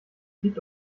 gibt